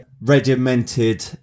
regimented